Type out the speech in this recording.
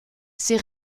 ses